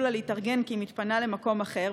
לה להתארגן כי היא מתפנה למקום אחר.